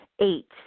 Eight